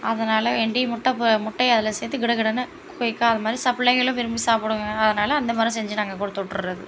அதனால வேண்டி முட்டை பொ முட்டையை அதில் சேர்த்து கிடுகிடுன்னு குயிக்காக அதுமாதிரி சாப் பிள்ளைங்களும் விரும்பி சாப்பிடுங்க அதனால அந்தமாதிரி செஞ்சு நாங்கள் கொடுத்து விட்டுர்றது